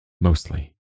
mostly